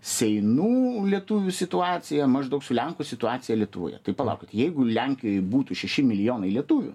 seinų lietuvių situaciją maždaug su lenkų situacija lietuvoje tai palaukit jeigu lenkijoj būtų šeši milijonai lietuvių